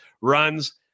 runs